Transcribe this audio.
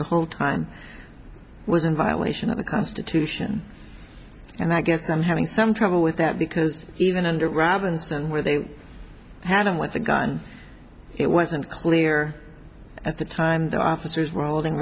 the whole time i was in violation of the constitution and i guess i'm having some trouble with that because even under robinson where they had him with a gun it wasn't clear at the time the officers